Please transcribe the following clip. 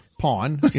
pawn